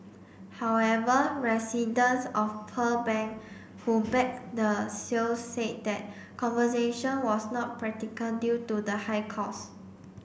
however residents of Pearl Bank who backed the sale said that conversation was not practical due to the high cost